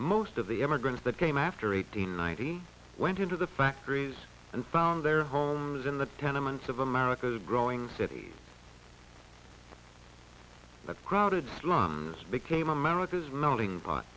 most of the immigrants that came after eighteen ninety went into the factories and found their homes in the tenements of america's growing cities the crowded slums became america's melting pot